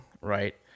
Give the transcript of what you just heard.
right